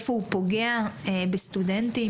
איפה הוא פוגע בסטודנטים,